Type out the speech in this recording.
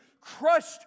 crushed